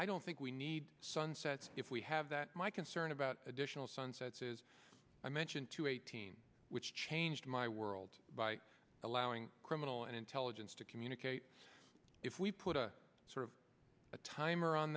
i don't think we need sunsets if we have that my concern about additional sunsets is i mention two eighteen which changed my world by allowing criminal and intelligence to communicate if we put a sort of timer on